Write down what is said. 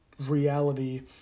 reality